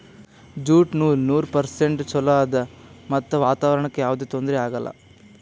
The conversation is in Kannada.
ಜ್ಯೂಟ್ ನೂಲ್ ನೂರ್ ಪರ್ಸೆಂಟ್ ಚೊಲೋ ಆದ್ ಮತ್ತ್ ವಾತಾವರಣ್ಕ್ ಯಾವದೇ ತೊಂದ್ರಿ ಆಗಲ್ಲ